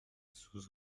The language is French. sous